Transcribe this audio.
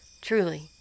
Truly